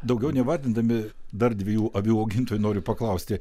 daugiau neįvardydami dar dviejų avių augintojų noriu paklausti